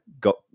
got